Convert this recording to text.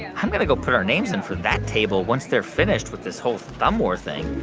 i'm going to go put our names in for that table once they're finished with this whole thumb war thing